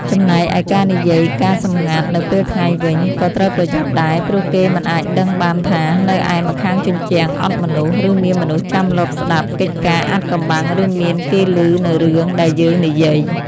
ចំណែកឯការនិយាយការណ៍សម្ងាត់នៅពេលថ្ងៃវិញ ក៏ត្រូវប្រយ័ត្នដែរ ព្រោះគេមិនអាចដឹងបានថា នៅឯម្ខាងជញ្ជាំងអត់មនុស្ស ឬមានមនុស្សចាំលបស្ដាប់កិច្ចការអាថ៌កំបាំង ឬមានគេឮនូវរឿងដែលយើងនិយាយ។